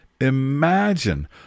Imagine